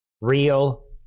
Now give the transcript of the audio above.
real